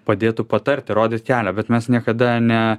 padėtų patarti rodyt kelią bet mes niekada ne